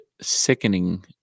sickening